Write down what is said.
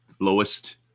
lowest